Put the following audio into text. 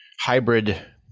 hybrid